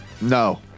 No